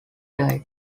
died